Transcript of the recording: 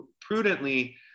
prudently